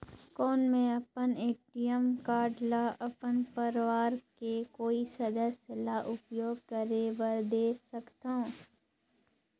कौन मैं अपन ए.टी.एम कारड ल अपन परवार के कोई सदस्य ल उपयोग करे बर दे सकथव?